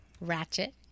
Ratchet